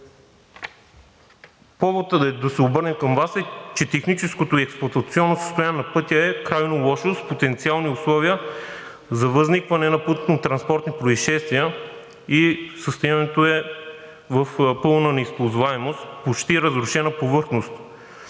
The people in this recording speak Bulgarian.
Поводът да се обърнем към Вас е, че техническото и експлоатационно състояние на пътя е крайно лошо, тоест с потенциални условия за възникване на пътнотранспортни произшествия. Състоянието му е на пълна неизползваемост и почти разрушена повърхност,